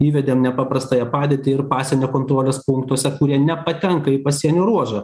įvedėm nepaprastąją padėtį ir pasienio kontrolės punktuose kurie nepatenka į pasienio ruožą